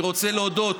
אני רוצה להודות,